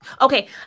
okay